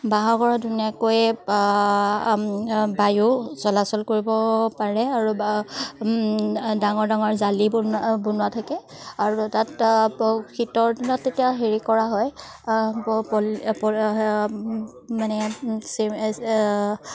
বাঁহৰ ঘৰত ধুনীয়াকৈ বায়ু চলাচল কৰিব পাৰে আৰু বা ডাঙৰ ডাঙৰ জালি বনোৱা বনোৱা থাকে আৰু তাত শীতৰ দিনত তেতিয়া হেৰি কৰা হয় মানে